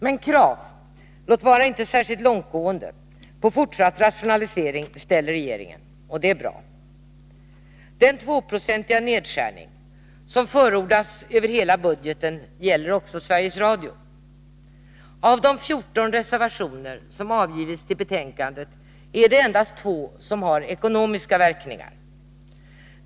Men krav — låt vara inte särskilt långtgående — på fortsatt rationalisering ställer regeringen, och det är bra. Den 2-procentiga nedskärning som förordas över hela budgeten gäller också Sveriges Radio. Av de 14 reservationer som avgivits till betänkandet är det endast två som har ekonomiska verkningar.